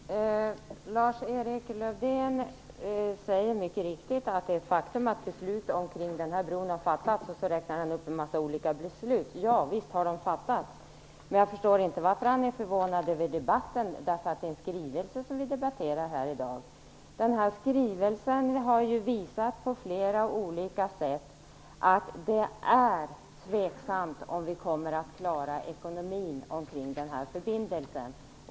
Fru talman! Lars-Erik Lövdén säger mycket riktigt att det är ett faktum att beslut om denna bro har fattats. Sedan räknar han upp en mängd olika beslut. Ja visst har det fattats beslut, men jag förstår inte varför han är förvånad över debatten. Den skrivelse som vi debatterar i dag har på flera olika sätt visat att det är tveksamt om vi kommer att klara ekonomin omkring den här förbindelsen.